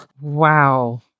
Wow